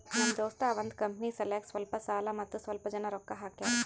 ನಮ್ ದೋಸ್ತ ಅವಂದ್ ಕಂಪನಿ ಸಲ್ಯಾಕ್ ಸ್ವಲ್ಪ ಸಾಲ ಮತ್ತ ಸ್ವಲ್ಪ್ ಜನ ರೊಕ್ಕಾ ಹಾಕ್ಯಾರ್